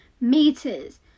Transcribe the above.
meters